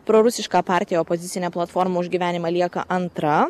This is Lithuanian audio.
prorusiška partiją opozicinė platforma už gyvenimą lieka antra